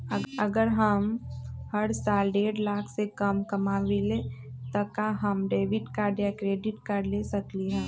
अगर हम हर साल डेढ़ लाख से कम कमावईले त का हम डेबिट कार्ड या क्रेडिट कार्ड ले सकली ह?